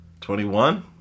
21